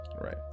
right